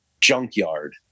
Junkyard